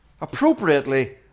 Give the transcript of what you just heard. appropriately